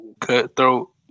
Cutthroat